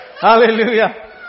Hallelujah